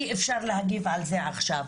אי אפשר להגיד על זה עכשיו.